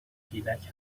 گیلک